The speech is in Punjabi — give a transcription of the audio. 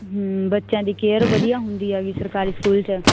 ਬੱਚਿਆਂ ਦੀ ਕੇਅਰ ਵਧੀਆ ਹੁੰਦੀ ਆ ਵੀ ਸਰਕਾਰੀ ਸਕੂਲ 'ਚ